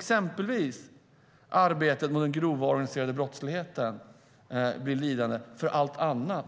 Kan inte arbetet mot den grova organiserade brottligheten bli lidande när